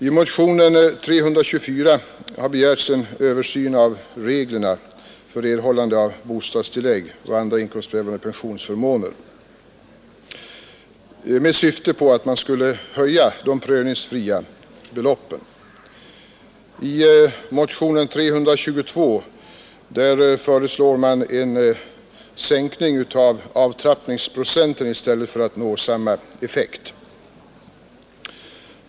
I motionen 324 har begärts en översyn av reglerna för erhållande av bostadstillägg och andra inkomstprövade pensionsförmåner i syfte att höja de prövningsfria beloppen. I motionen 322 föreslås i stället en sänkning av avtrappningsprocenten för att nå samma effekt.